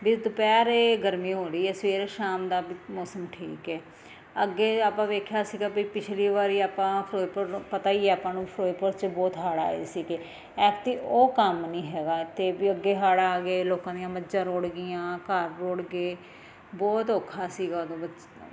ਵੀ ਦੁਪਹਿਰ ਇਹ ਗਰਮੀ ਹੋ ਰਹੀ ਹੈ ਸਵੇਰੇ ਸ਼ਾਮ ਦਾ ਵੀ ਮੌਸਮ ਠੀਕ ਹੈ ਅੱਗੇ ਆਪਾਂ ਵੇਖਿਆ ਸੀਗਾ ਵੀ ਪਿਛਲੀ ਵਾਰ ਆਪਾਂ ਫ਼ਿਰੋਜ਼ਪੁਰ ਨੂੰ ਪਤਾ ਹੀ ਹੈ ਆਪਾਂ ਨੂੰ ਫ਼ਿਰੋਜ਼ਪੁਰ 'ਚ ਬਹੁਤ ਹੜ ਆਏ ਸੀਗੇ ਐਤਕੀਂ ਉਹ ਕੰਮ ਨਹੀਂ ਹੈਗਾ ਅਤੇ ਵੀ ਅੱਗੇ ਹਾੜ ਆ ਗਏ ਲੋਕਾਂ ਦੀਆਂ ਮੱਝਾਂ ਰੁੜ ਗਈਆਂ ਘਰ ਰੁੜ ਗਏ ਬਹੁਤ ਔਖਾ ਸੀਗਾ ਉਦੋਂ ਬਚਣਾ